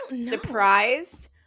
surprised